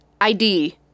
ID